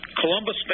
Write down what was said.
Columbus